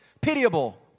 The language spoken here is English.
pitiable